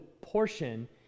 portion